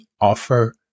offer